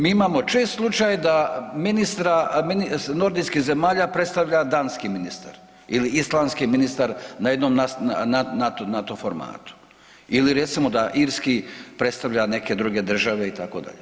Mi imamo čest slučaj da ministra nordijskih zemalja predstavlja danski ministar ili islandski ministar na jednom, na tom formatu ili recimo da irski predstavlja neke druge države itd.